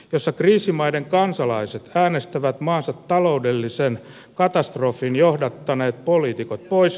osa kriisimaiden kansalaiset äänestävät maansa taloudelliseen katastrofiin johdattaneet poliitikot pois